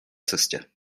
cestě